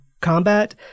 combat